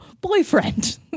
boyfriend